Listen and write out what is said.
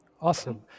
awesome